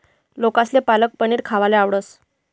लोकेसले पालक पनीर खावाले आवडस